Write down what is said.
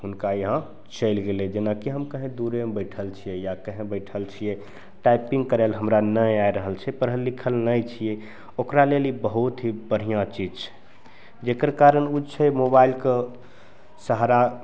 हुनका यहाँ चलि गेलै जेनाकि हम कहीँ दुरेमे बैठल छिए या कहीँ बैठल छिए टाइपिन्ग करल हमरा नहि आ रहल छै पढ़ल लिखल नहि छिए ओकरा लेल ई बहुत ही बढ़िआँ चीज छिए जकर कारण ओ छै मोबाइलके सहारा